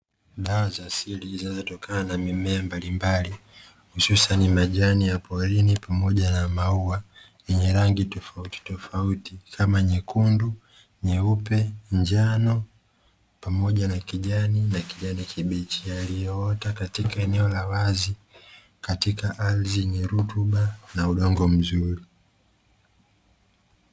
Dawa za asili zinazotokana na mimea mbalimbali hususani majani ya porini pamoja na maua yenye rangi tofautitofauti kama nyekundu, nyeupe, njano pamoja na kijani na kijani kibichi. yaliyoota katika eneo la wazi katika ardhi yenye rutuba na udongo mzuri.